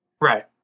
Right